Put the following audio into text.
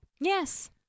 Yes